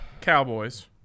Cowboys